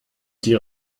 die